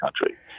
country